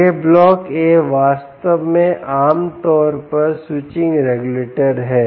यह block A वास्तव में आमतौर पर स्विचिंग रेगुलेटर है